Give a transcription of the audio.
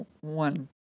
one